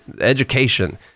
education